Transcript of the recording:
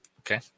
okay